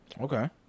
Okay